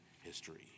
history